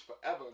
forever